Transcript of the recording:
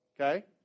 Okay